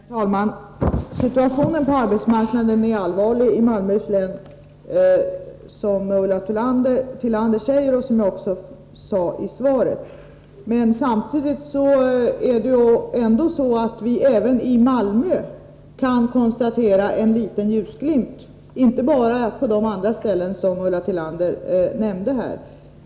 Herr talman! Situationen på arbetsmarknaden är allvarlig i Malmöhus län, Torsdagen den som Ulla Tillander säger och som jag också framhöll i svaret. Men samtidigt 5 april 1984 är det ändå så att vi kan se en liten ljusglimt även i Malmö och inte bara i de andra kommuner som Ulla Tillander talade om.